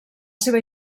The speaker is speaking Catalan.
seva